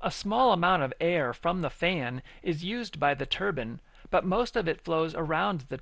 a small amount of air from the fan is used by the turban but most of it flows around the